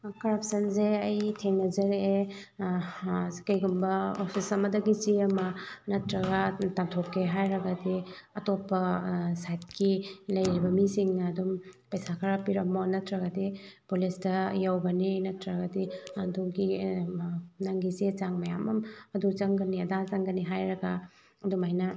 ꯀꯔꯞꯁꯟꯁꯦ ꯑꯩ ꯊꯦꯡꯅꯖꯔꯛꯑꯦ ꯀꯩꯒꯨꯝꯕ ꯑꯣꯐꯤꯁ ꯑꯃꯗꯒꯤ ꯆꯦ ꯑꯃ ꯅꯠꯇ꯭ꯔꯒ ꯇꯥꯟꯊꯣꯛꯀꯦ ꯍꯥꯏꯔꯒꯗꯤ ꯑꯇꯣꯞꯄ ꯁꯥꯏꯠꯀꯤ ꯂꯩꯔꯤꯕ ꯃꯤꯁꯤꯡꯅ ꯑꯗꯨꯝ ꯄꯩꯁꯥ ꯈꯔ ꯄꯤꯔꯝꯃꯣ ꯅꯠꯇ꯭ꯔꯒꯗꯤ ꯄꯨꯂꯤꯁꯇ ꯌꯧꯒꯅꯤ ꯅꯠꯇ꯭ꯔꯒꯗꯤ ꯑꯗꯨꯒꯤ ꯅꯪꯒꯤ ꯆꯦ ꯆꯥꯡ ꯃꯌꯥꯝ ꯑꯝ ꯑꯗꯨ ꯆꯪꯒꯅꯤ ꯑꯗꯥ ꯆꯪꯒꯅꯤ ꯍꯥꯏꯔꯒ ꯑꯗꯨꯃꯥꯏꯅ